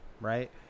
right